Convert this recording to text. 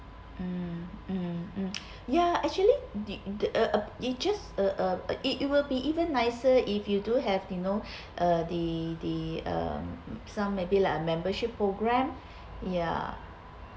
mm mm mm ya actually did uh it just uh it will be even nicer if you do have to know uh the the uh some maybe like a membership program ya